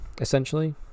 essentially